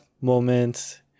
moments